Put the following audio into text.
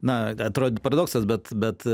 na atrodo paradoksas bet bet